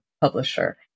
publisher